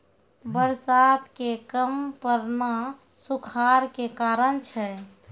बरसात के कम पड़ना सूखाड़ के कारण छै